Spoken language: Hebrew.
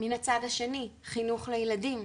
מן הצד השני חינוך לילדים.